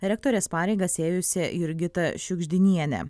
rektorės pareigas ėjusi jurgita šiugždinienė